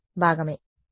విద్యార్థి సార్ చేయగలరు